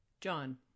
John